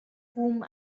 whom